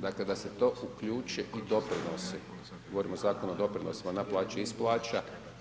dakle da se to uključe i doprinosi, govorim o Zakonu o doprinosima na plaće i iz plaća.